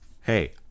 Hey